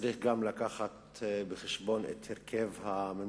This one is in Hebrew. צריך גם להביא בחשבון את הרכב הממשלה,